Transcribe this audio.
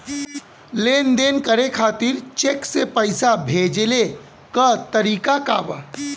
लेन देन करे खातिर चेंक से पैसा भेजेले क तरीकाका बा?